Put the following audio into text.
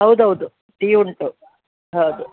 ಹೌದು ಹೌದು ಟೀ ಉಂಟು ಹೌದು